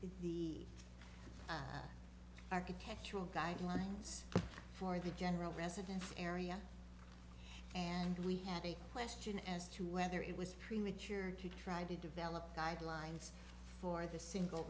the the architectural guidelines for the general residence area and we had a question as to whether it was premature to try to develop guidelines for the single